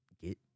get